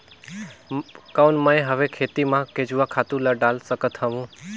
कौन मैं हवे खेती मा केचुआ खातु ला डाल सकत हवो?